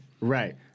Right